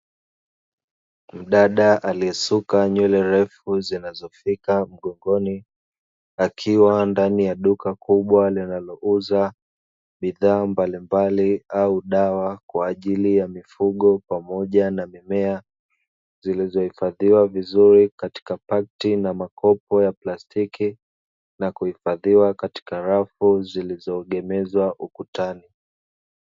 Mdada aliesuka nywele ndefu hadi mgongoni akiwa ndani ya duka kubwa, linalouza bidhaa mbalimbali au dawa kwaajili ya mifugo na mimea, zilizohifadhiwa vizuri katika pakiti na makopo ya plastiki na kuhifadhiwa katika rafu zilizoegemezwa ukutani.